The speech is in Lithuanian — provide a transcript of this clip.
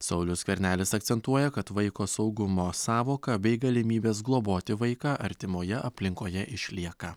saulius skvernelis akcentuoja kad vaiko saugumo sąvoka bei galimybės globoti vaiką artimoje aplinkoje išlieka